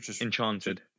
enchanted